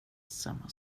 samma